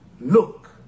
Look